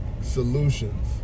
solutions